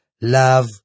love